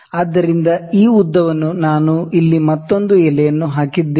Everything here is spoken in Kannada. ಆದ್ದರಿಂದ ಈ ಉದ್ದವನ್ನು ನಾನು ಇಲ್ಲಿ ಮತ್ತೊಂದು ಎಲೆಯನ್ನು ಹಾಕಿದ್ದೇನೆ